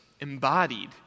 embodied